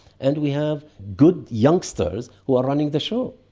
and we have good youngsters who are running the show.